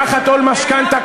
תחת עול משכנתה,